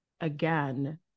again